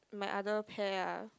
my other pair ah